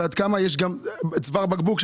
ועד כמה יש בו צוואר בקבוק,